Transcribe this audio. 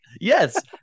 Yes